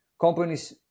companies